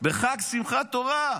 בחג שמחת תורה,